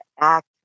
act